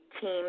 team